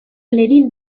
lerin